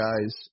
guys